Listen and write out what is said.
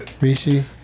Rishi